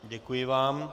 Děkuji vám.